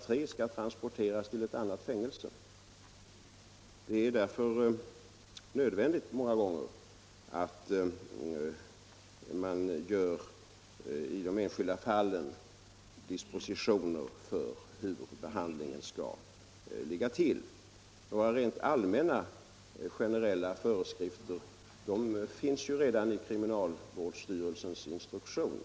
3 skall transporteras till ett annat fängelse. Det är många gånger nödvändigt att man i de enskilda fallen gör dispositioner för hur åtgärderna skall utformas. Generella föreskrifter finns redan i kriminalvårdsstyrelsens instruktion.